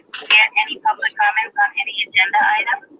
yeah any public comments on any agenda item?